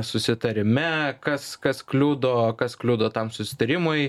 susitarime kas kas kliudo kas kliudo tam susitarimui